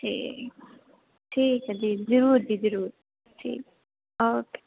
ਤੇ ਠੀਕ ਆ ਜੀ ਜਰੂਰ ਜੀ ਜਰੂਰ ਜੀ ਓਕੇ